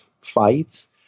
fights